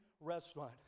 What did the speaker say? restaurant